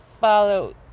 follow